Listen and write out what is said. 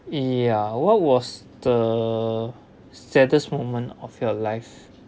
ya what was the saddest moment of your life